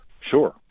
Sure